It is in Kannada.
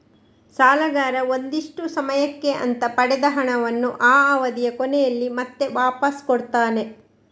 ಸಾಲಗಾರ ಒಂದಿಷ್ಟು ಸಮಯಕ್ಕೆ ಅಂತ ಪಡೆದ ಹಣವನ್ನ ಆ ಅವಧಿಯ ಕೊನೆಯಲ್ಲಿ ಮತ್ತೆ ವಾಪಾಸ್ ಕೊಡ್ತಾನೆ